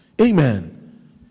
Amen